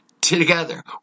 Together